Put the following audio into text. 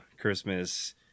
Christmas